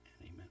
amen